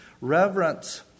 Reverence